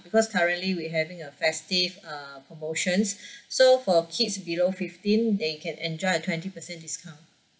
because currently we having a festive uh promotions so for kids below fifteen they can enjoy a twenty percent discount